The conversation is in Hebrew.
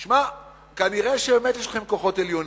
תשמע, כנראה באמת יש לכם כוחות עליונים.